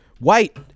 White